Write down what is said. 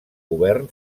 govern